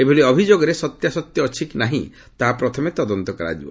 ଏଭଳି ଅଭିଯୋଗରେ ସତ୍ୟାସତ୍ୟ ଅଛି କି ନାହିଁ ତାହା ପ୍ରଥମେ ତଦନ୍ତ କରାଯିବ